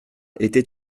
était